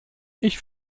ich